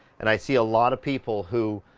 and i see a lot of people who,